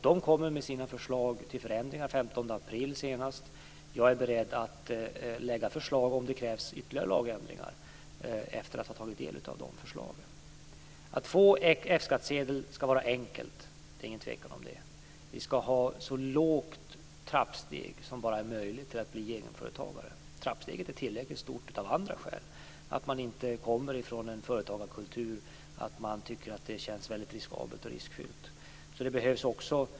RSV lägger fram sina förslag till förändringar senast den 15 april. Efter att ha tagit del av dessa förslag är jag beredd att lägga fram egna förslag om det krävs ytterligare lagändringar. Att få F-skattsedel skall vara enkelt. Det råder inga tvivel om det. Vi skall ha ett så lågt trappsteg som möjligt för att kunna bli egenföretagare. Trappsteget är tillräckligt stort av andra skäl, t.ex. att man inte kommer från en företagarkultur, att man tycker att det känns väldigt riskabelt och riskfyllt.